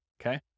okay